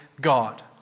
God